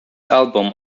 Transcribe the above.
album